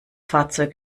fahrzeug